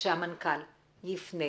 שהמנכ"ל יפנה